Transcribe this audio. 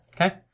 Okay